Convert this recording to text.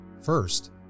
First